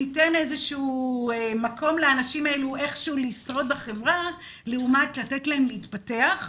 ניתן מקום לאנשים האלה איך שהוא לשרוד בחברה לעומת לתת להם להתפתח,